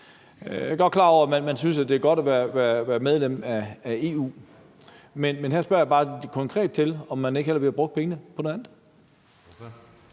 Jeg er godt klar over, at man synes, det er godt at være medlem af EU, men her spørger jeg bare konkret til, om man ikke hellere ville have brugt pengene på noget andet.